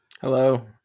Hello